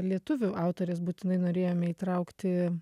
lietuvių autorės būtinai norėjome įtraukti